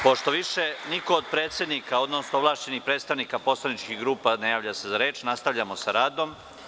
Pošto više niko od predsednika, odnosno ovlašćenih predstavnika poslaničkih grupa se ne javlja za reč, nastavljamo sa radom.